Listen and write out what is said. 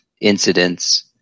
incidents